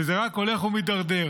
וזה רק הולך ומתדרדר.